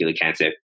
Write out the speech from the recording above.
cancer